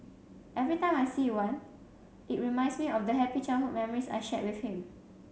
every time I see one it reminds me of the happy childhood memories I shared with him